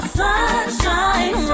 sunshine